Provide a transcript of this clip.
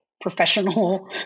professional